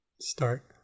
start